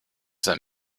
that